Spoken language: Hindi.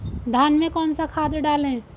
धान में कौन सा खाद डालें?